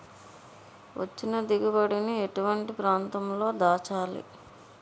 వచ్చిన దిగుబడి ని ఎటువంటి ప్రాంతం లో దాచాలి?